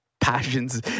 passions